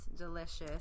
delicious